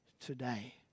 today